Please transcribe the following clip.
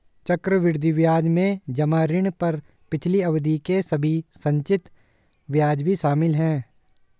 चक्रवृद्धि ब्याज में जमा ऋण पर पिछली अवधि के सभी संचित ब्याज भी शामिल हैं